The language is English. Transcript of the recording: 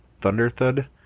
Thunderthud